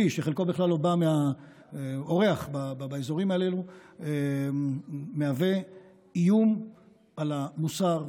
שחלקו הוא בכלל אורח באזורים האלה ומהווה איום על המוסר,